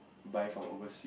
buy from overseas